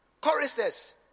Choristers